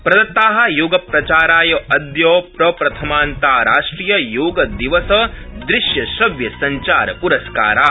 प्रदत्ता योगप्रचाराय अदय प्रप्रथमान्ताराष्ट्रिययोगदिवसदृश्यश्रव्यसंचार प्रस्कारा